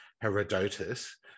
Herodotus